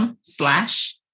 slash